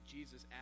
Jesus